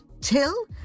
till